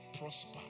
prosper